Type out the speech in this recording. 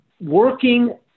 working